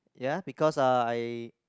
ya because uh I